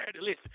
Listen